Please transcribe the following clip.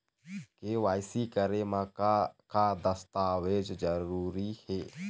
KYC करे म का का दस्तावेज जरूरी हे?